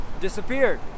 disappeared